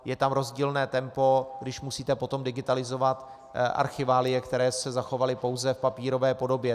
Je tam rozdílné tempo, když musíte potom digitalizovat archiválie, které se zachovaly pouze v papírové podobě.